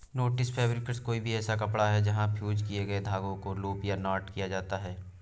netting fabric कोई भी ऐसा कपड़ा है जहाँ फ़्यूज़ किए गए धागों को लूप या नॉट किया जाता है